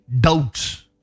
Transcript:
doubts